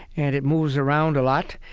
and it moves around a lot.